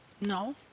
No